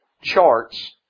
charts